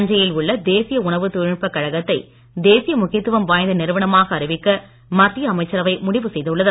தஞ்சையில் உள்ள தேசிய உணவு தொழில்நுட்பக் கழகத்தை தேசிய முக்கியத்துவம் வாய்ந்த நிறுவனமாக அறிவிக்க மத்திய அமைச்சரவை முடிவு செய்துள்ளது